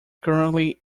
currently